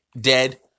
dead